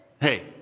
Hey